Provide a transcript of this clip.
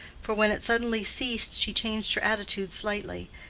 for when it suddenly ceased she changed her attitude slightly,